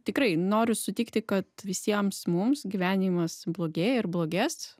tikrai noriu sutikti kad visiems mums gyvenimas blogėja ir blogės